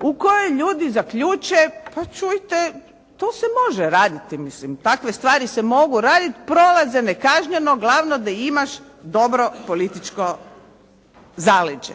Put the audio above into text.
u kojoj ljudi zaključe pa čujte to se može raditi, takve stvari se mogu raditi, prolaze nekažnjeno, glavno da imaš dobro političko zaleđe.